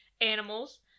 animals